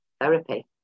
therapy